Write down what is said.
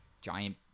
giant